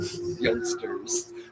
youngsters